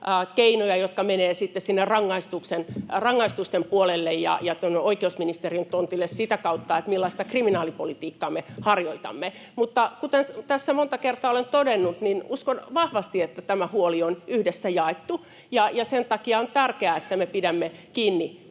menevät sitten sinne rangaistusten puolelle ja oikeusministerin tontille sitä kautta, millaista kriminaalipolitiikkaa me harjoitamme. Mutta kuten tässä monta kertaa olen todennut, uskon vahvasti, että tämä huoli on yhdessä jaettu, ja sen takia on tärkeää, että me pidämme kiinni